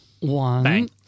One